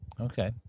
Okay